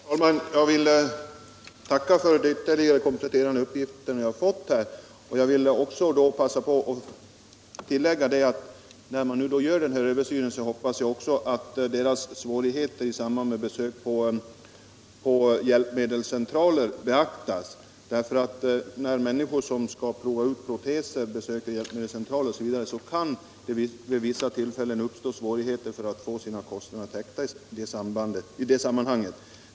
Herr talman! Jag vill tacka för de kompletterande uppgifter jag nu har fått. Samtidigt vill jag passa på att tillägga att jag hoppas att riksförsäkringsverket vid denna antydda översyn särskilt beaktar svårigheterna för den här gruppen vid deras besök på hjälpmedelscentraler. När människor som skall prova ut proteser besöker hjälpmedelscentralerna kan det nämligen vid vissa tillfällen uppstå svårigheter för dem att få sina kostnader täckta i det sammanhanget.